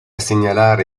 segnalare